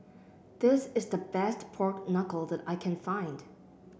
this is the best Pork Knuckle that I can find